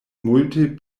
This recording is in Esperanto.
multe